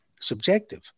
subjective